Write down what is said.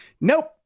nope